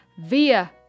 via